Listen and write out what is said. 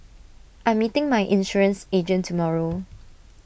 I am meeting my insurance agent tomorrow